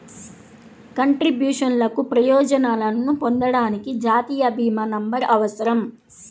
కంట్రిబ్యూషన్లకు ప్రయోజనాలను పొందడానికి, జాతీయ భీమా నంబర్అవసరం